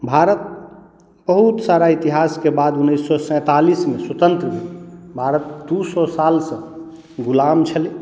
भारत बहुत सारा इतिहास के बाद उन्नैस सए सैंतालिस मे स्वतंत्र भारत दू सए साल सॅं ग़ुलाम छलै